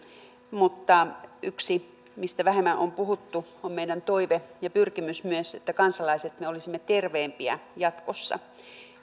mutta yksi mistä vähemmän on puhuttu on meidän toiveemme ja pyrkimyksemme myös että me kansalaiset olisimme terveempiä jatkossa